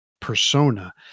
persona